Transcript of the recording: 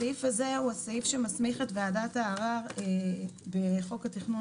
הסעיף הזה הוא הסעיף שמסמיך את וועדת הערער בחוק התכנון